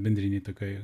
bendrinėj tokioj